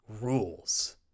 rules